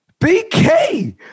BK